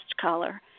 color